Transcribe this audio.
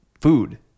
food